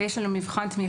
אבל יש לנו מבחן תמיכה.